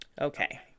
okay